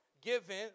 given